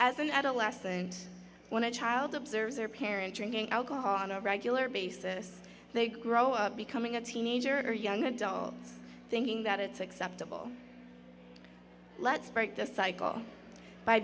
as an adolescent when a child observes their parent drinking alcohol on a regular basis they grow up becoming a teenager or young adults thinking that it's acceptable let's break the cycle by